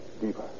Deeper